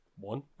One